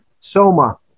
Soma